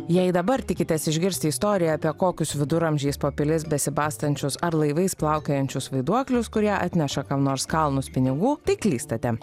jei dabar tikitės išgirsti istoriją apie kokius viduramžiais po pilis besibastančius ar laivais plaukiojančius vaiduoklius kurie atneša kam nors kalnus pinigų tai klystate